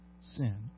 sin